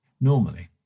Normally